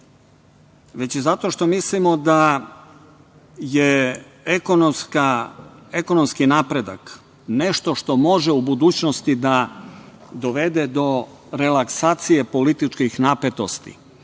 već je zato što mislimo da je ekonomski napredak nešto što može u budućnosti da dovede do relaksacije političkih napetosti